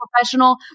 professional